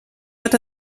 wird